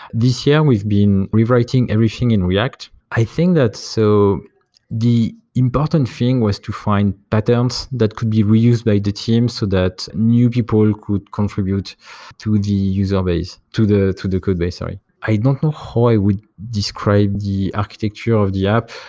this year, we've been rewriting everything in react. i think that, so the important thing was to find patterns that could be reused by the team so that new people could contribute to the user base, to the to the code base, sorry i don't know how i would describe the architecture of the app.